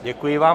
Děkuji vám.